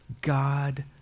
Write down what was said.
God